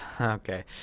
Okay